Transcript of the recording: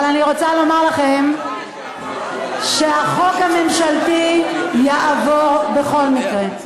אבל אני רוצה לומר לכם שהחוק הממשלתי יעבור בכל מקרה.